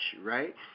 right